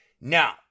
Now